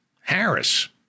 Harris